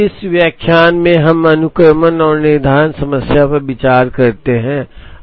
इस व्याख्यान में हम अनुक्रमण और निर्धारण समस्या पर विचार करते हैं